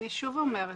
אני שוב אומרת,